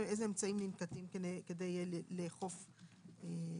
ואיזה אמצעים ננקטים כדי לאכוף אותה.